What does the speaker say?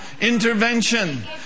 Intervention